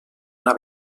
una